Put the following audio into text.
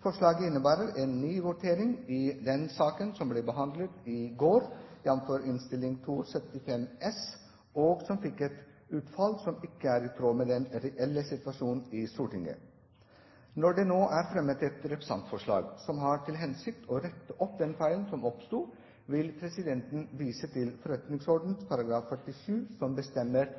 Forslaget innebærer en ny votering i den saken som ble behandlet i går, jf. Innst. 275 S, og som fikk et utfall som ikke er i tråd med den reelle situasjonen i Stortinget. Når det nå er fremmet et representantforslag som har til hensikt å rette opp den feilen som oppsto, vil presidenten vise til forretningsordenens § 47, som bestemmer